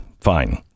fine